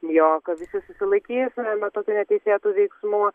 jog visi susilaikysime nuo tokių neteisėtų veiksmų